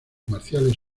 marciales